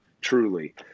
truly